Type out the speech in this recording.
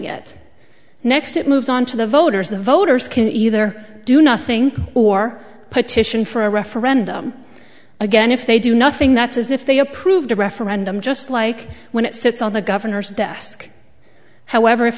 it next it moves on to the voters the voters can either do nothing or petition for a referendum again if they do nothing that's as if they approved a referendum just like when it sits on the governor's desk however if